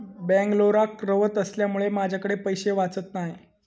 बेंगलोराक रव्हत असल्यामुळें माझ्याकडे पैशे वाचत नाय